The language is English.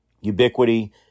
Ubiquity